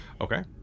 Okay